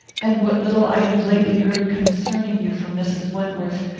and what little i have lately heard concerning you from mrs. wentworth,